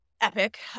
epic